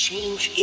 Change